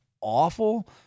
awful